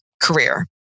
career